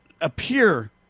appear